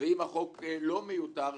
ואם החוק לא מיותר,